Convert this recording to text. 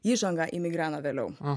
įžanga į migreną vėliau